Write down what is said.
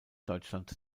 deutschland